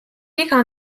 iga